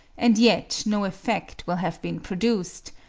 and yet no effect will have been produced,